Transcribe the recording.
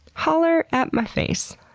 holler at my face!